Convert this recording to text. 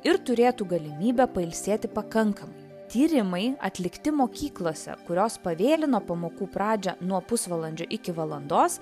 ir turėtų galimybę pailsėti pakankamai tyrimai atlikti mokyklose kurios pavėlino pamokų pradžią nuo pusvalandžio iki valandos